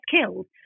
killed